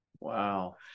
Wow